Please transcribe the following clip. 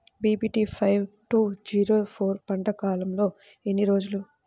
BPT five two zero four పంట కాలంలో ఎన్ని రోజులు?